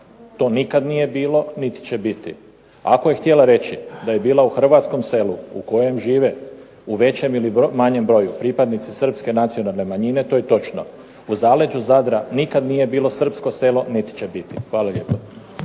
To nikad nije bilo niti će biti. Ako je htjela reći da je bila u hrvatskom selu u kojem žive u većem ili manjem broju pripadnici Srpske nacionalne manjine to je točno. U zaleđu Zadra nikad nije bilo srpsko selo niti će biti. Hvala lijepo.